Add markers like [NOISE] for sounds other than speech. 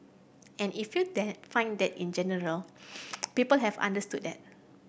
and if you then find that in general [NOISE] people have understood that